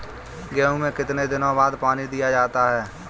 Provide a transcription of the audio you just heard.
गेहूँ में कितने दिनों बाद पानी दिया जाता है?